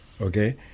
Okay